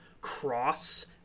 cross